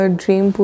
dream